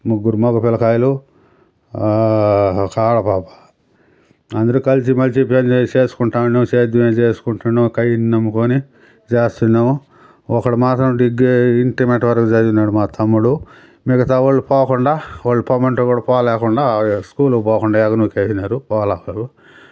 ముగ్గురు మగ పిల్లకాయలు ఒక ఆడ పాప అందరు కలిసి మెలిసి పెళ్ళిళ్ళు చేసుకుంటూ ఉన్నాము సేద్యం అవి చేసుకుంటున్నాము ఒక అయ్యని నమ్ముకుని చేస్తున్నాము ఒకడు మాత్రం డిగ్రీ ఇంటర్మీడియట్ వరకు చదివినాడు మా తమ్ముడు మిగతా వాళ్ళు పోకుండా వాళ్ళు పొమ్మంటే కూడా పోకుండా స్కూలుకి పోకుండా ఎగనూకేసినారు పోలా ఎవ్వరు